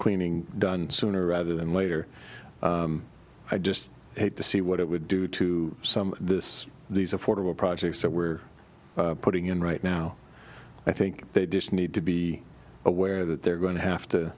cleaning done sooner rather than later i just hate to see what it would do to some this these affordable projects that we're putting in right now i think they do need to be aware that they're going to have to